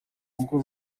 ngo